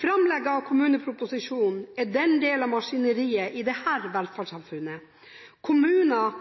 Framlegget av kommuneproposisjonen er en del av maskineriet i dette velferdssamfunnet. Kommuner